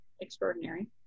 extraordinary